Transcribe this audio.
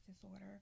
disorder